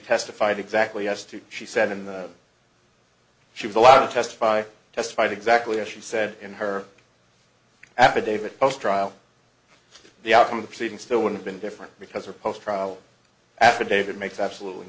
testified exactly as to she said in the she was allowed to testify testified exactly as she said in her affidavit post trial the outcome of the proceeding still would have been different because her post trial affidavit makes absolutely